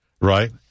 Right